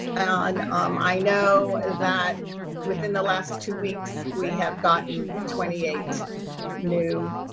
and um i know that within the last two weeks, we have gotten twenty eight new